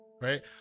right